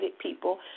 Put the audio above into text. people